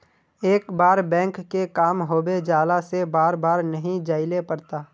एक बार बैंक के काम होबे जाला से बार बार नहीं जाइले पड़ता?